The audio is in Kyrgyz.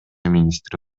министри